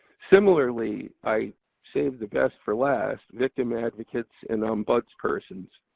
similarly, i saved the best for last, victim advocates and ombudspersons.